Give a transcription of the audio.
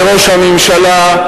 לראש הממשלה,